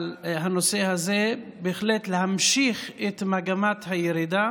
הנושא הזה הוא בהחלט להמשיך את מגמת הירידה